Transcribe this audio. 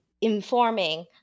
informing